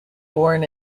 born